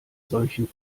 solchen